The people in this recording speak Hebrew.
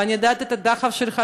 אני יודעת את הדחף שלך,